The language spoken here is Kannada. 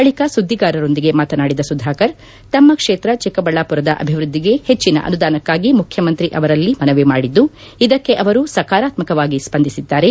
ಬಳಿಕ ಸುದ್ದಿಗಾರರೊಂದಿಗೆ ಮಾತನಾಡಿದ ಸುಧಾಕರ್ ತಮ್ನ ಕ್ಷೇತ್ರ ಚಿಕ್ಕಬಳ್ಳಾಪುರದ ಅಭಿವೃದ್ದಿಗೆ ಹೆಚ್ಚನ ಅನುದಾನಕ್ಕಾಗಿ ಮುಖ್ಯಮಂತ್ರಿ ಅವರಲ್ಲಿ ಮನವಿ ಮಾಡಿದ್ದು ಇದಕ್ಕೆ ಅವರು ಸಕಾರಾತ್ಸಕವಾಗಿ ಸ್ಪಂದಿಸಿದ್ದಾರೆ